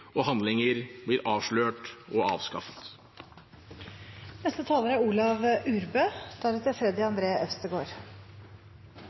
og handlinger blir avslørt og